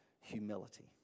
humility